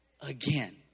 again